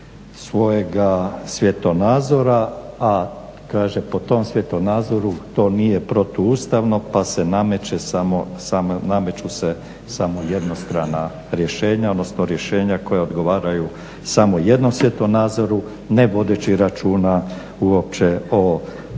svojega svjetonazora, a kaže po tom svjetonazoru to nije protuustavno pa se nameću samo jednostrana rješenja koja odgovaraju samo jednom svjetonazoru ne vodeći računa uopće o